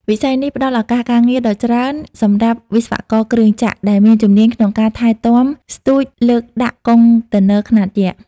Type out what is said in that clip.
វិស័យនេះផ្តល់ឱកាសការងារដ៏ច្រើនសម្រាប់វិស្វករគ្រឿងចក្រ ដែលមានជំនាញក្នុងការថែទាំស្ទូចលើកដាក់កុងតឺន័រខ្នាតយក្ស។